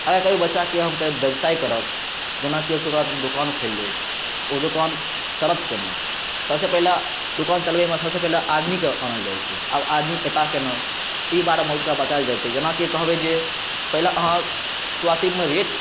आइ काल्हि के बच्चा के हम कहबै व्यवसाय करब जेनाकि ओ कहत हम दुकान खोलि लेब ओ दुकान चलत केना सबसे पहिले दुकान चलबे मे सबसे पहिले आदमी के आनल जाइ छै आब आदमी एता केना ई बारे मे हुनका बताओल जेतै जेना की कहबै जे पहिले अहाँ शुरुआती मे रेट